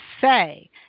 say